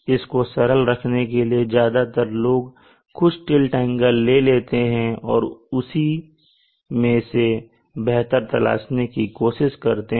इसको सरल रखने के लिए ज्यादातर लोग कुछ टिल्ट एंगल ले लेते हैं और उसी में से बेहतर तलाशने की कोशिश करते हैं